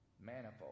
manifold